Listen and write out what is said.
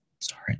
sorry